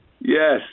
Yes